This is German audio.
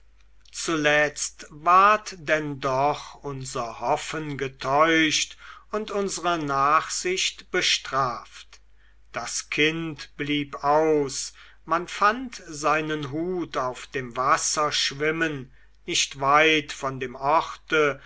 zuletzt ward denn doch unser hoffen getäuscht und unsere nachsicht bestraft das kind blieb aus man fand seinen hut auf dem wasser schwimmen nicht weit von dem ort